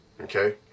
okay